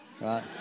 right